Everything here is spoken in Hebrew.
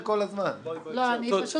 אז תמשיכי להפריע.